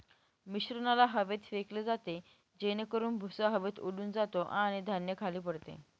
मिश्रणाला हवेत फेकले जाते जेणेकरून भुसा हवेत उडून जातो आणि धान्य खाली पडते